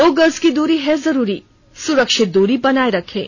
दो गज की दूरी है जरूरी सुरक्षित दूरी बनाए रखें